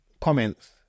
comments